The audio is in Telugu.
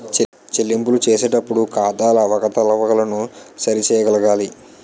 చెల్లింపులు చేసేటప్పుడు ఖాతాల అవకతవకలను సరి చేయగలగాలి